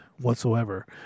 whatsoever